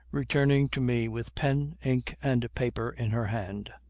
running to me with pen, ink, and paper, in her hand,